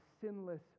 sinless